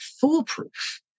foolproof